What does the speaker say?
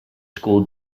school